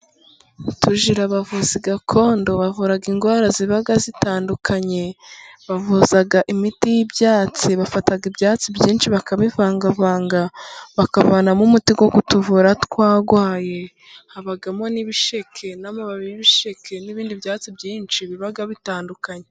Tugira abavuzi gakondo bavura indwara ziba zitandukanye; bavuza imiti y'ibyatsi, bafata ibyatsi byinshi bakabivangavanga bakavanamo umuti wo kutuvura twarwaye, habamo n'ibisheke, n'amababi y'ibishike n'ibindi byatsi byinshi biba bitandukanye.